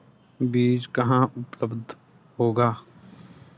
बीज कहाँ उपलब्ध होगा?